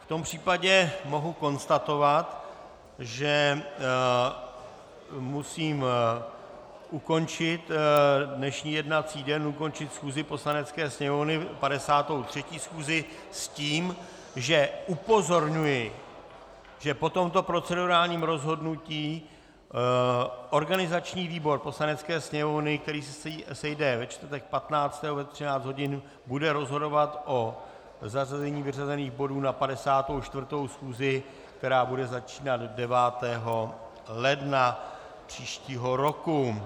V tom případě mohu konstatovat, že musím ukončit dnešní jednací den, ukončit schůzi Poslanecké sněmovny, 53. schůzi, s tím, že upozorňuji, že po tomto procedurálním rozhodnutí organizační výbor Poslanecké sněmovny, který se sejde ve čtvrtek 15. 12. ve 13 hodin, bude rozhodovat o zařazení vyřazených bodů na 54. schůzi, která bude začínat 9. ledna příštího roku.